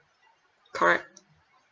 correct